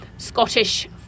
Scottish